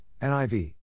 NIV